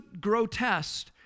grotesque